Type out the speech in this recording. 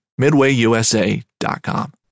MidwayUSA.com